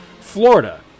Florida